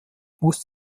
muss